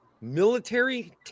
military